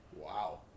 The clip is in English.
Wow